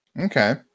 Okay